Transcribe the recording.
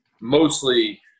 mostly